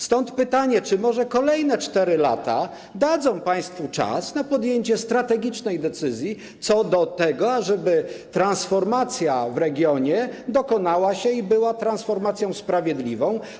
Stąd pytanie: Czy może kolejne 4 lata dadzą państwu czas na podjęcie strategicznej decyzji co do tego, ażeby transformacja w regionie się dokonała i była transformacją sprawiedliwą?